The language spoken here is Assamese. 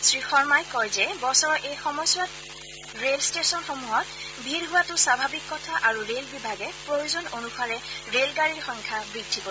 শ্ৰীশমহি কয় যে বছৰৰ এই সময়ছোৱাত ৰলে ষ্টেচনসমূহত ভিৰ হোৱাটো স্বাভাৱিক কথা আৰু ৰেল বিভাগে প্ৰয়োজন অনুসাৰে ৰেল গাড়ীৰ সংখ্যা বৃদ্ধি কৰিব